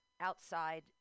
outside